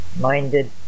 minded